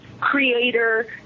Creator